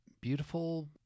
beautiful